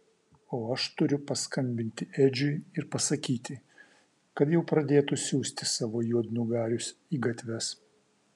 o aš turiu paskambinti edžiui ir pasakyti kad jau pradėtų siųsti savo juodnugarius į gatves